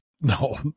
No